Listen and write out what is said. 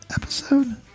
episode